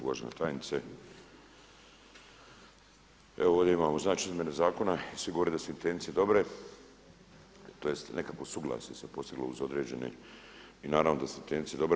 Uvažena tajnice evo ovdje imamo izmjene zakona i svi govore da su intencije dobre tj. nekakvo suglasje se postiglo uz određene i naravno da su intencije dobre.